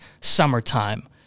summertime